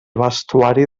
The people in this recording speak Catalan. vestuari